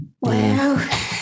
Wow